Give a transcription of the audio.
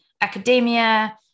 academia